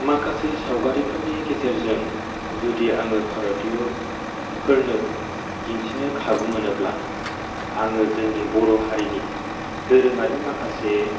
माखासे सावगारिफोरनि गेजेरजों जुदि आङो भारतथियफोरनो दिन्थिनो खाबु मोनोब्ला आङो जोंनि बर' हारिनि दोरोङारि माखासे